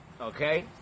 Okay